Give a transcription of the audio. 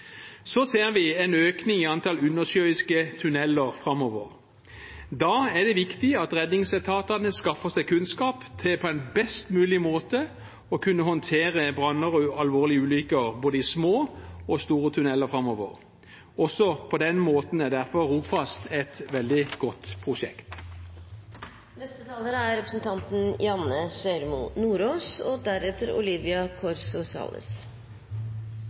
Vi ser en økning i antall undersjøiske tunneler framover. Da er det viktig at redningsetatene skaffer seg kunnskap for på en best mulig måte å kunne håndtere branner og alvorlige ulykker både i små og store tunneler framover. Også på den måten er Rogfast et veldig godt